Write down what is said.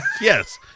Yes